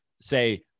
say